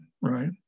right